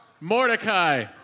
Mordecai